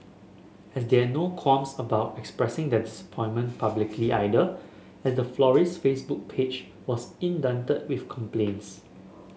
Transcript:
as there no qualms about expressing their disappointment publicly either as the florist's Facebook page was inundated with complaints